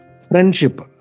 Friendship